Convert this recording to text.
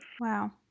Wow